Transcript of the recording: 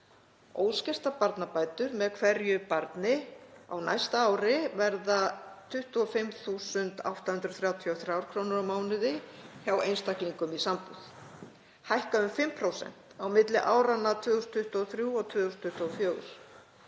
Óskertar barnabætur með hverju barni á næsta ári verða 25.833 kr. á mánuði hjá einstaklingum í sambúð, hækka um 5% á milli áranna 2023 og 2024.